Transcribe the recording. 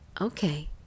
Okay